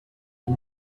dem